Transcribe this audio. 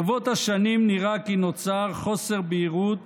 ברבות השנים נראה כי נוצר חוסר בהירות